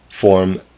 form